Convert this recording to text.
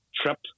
trip